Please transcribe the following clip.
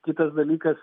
kitas dalykas